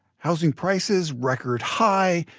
housing prices record high.